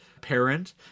parent